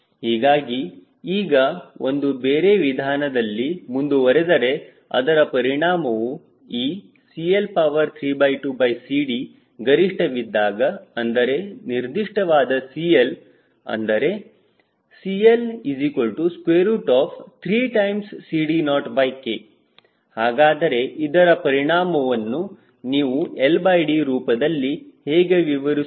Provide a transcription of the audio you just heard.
ಹೀಗಾಗಿ ಈಗ ಒಂದು ಬೇರೆ ವಿಧಾನದಲ್ಲಿ ಮುಂದುವರೆದರೆ ಅದರ ಪರಿಣಾಮವು ಈ CL32CD ಗರಿಷ್ಠವಿದ್ದಾಗ ಅಂದರೆ ನಿರ್ದಿಷ್ಟವಾದ CL ಅಂದರೆ CL3CD0K ಹಾಗಾದರೆ ಇದರ ಪರಿಣಾಮವನ್ನು ನೀವು LD ರೂಪದಲ್ಲಿ ಹೇಗೆ ವಿವರಿಸುತ್ತೀರಿ